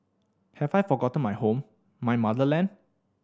have I forgotten my home my motherland